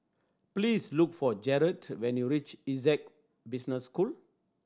please look for Jared when you reach Essec Business School